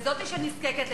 לזאת שנזקקת,